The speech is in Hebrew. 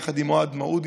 יחד עם אוהד מעודי,